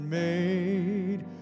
made